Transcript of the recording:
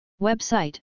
Website